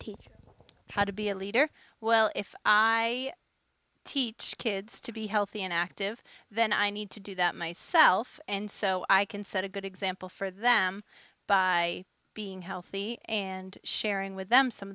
a how to be a leader well if i teach kids to be healthy and active then i need to do that myself and so i can set a good example for them by being healthy and sharing with them some